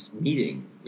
meeting